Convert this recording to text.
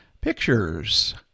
Pictures